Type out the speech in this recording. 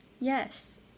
Yes